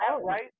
right